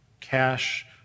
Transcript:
cash